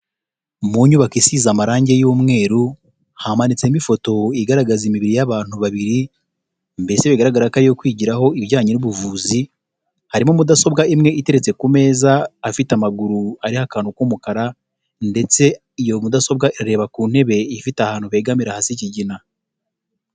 Mu nyubako isize amarangi y'umweru hamanitsemo ifoto igaragaza imibiri y'abantu babiri, mbese bigaragara ko aro iyo kwigiraho ibijyanye n'ubuvuzi. Harimo mudasobwa imwe iteretse ku meza afite amaguru ari akantu k'umukara, ndetse iyo mudasobwa irareba ku ntebe ifite ahantu begamira hasa ikigina.